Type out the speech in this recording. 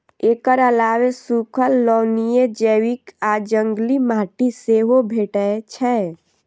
एकर अलावे सूखल, लवणीय, जैविक आ जंगली माटि सेहो भेटै छै